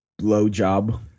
blowjob